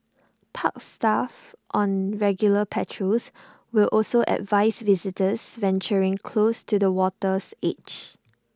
park staff on regular patrols will also advise visitors venturing close to the water's edge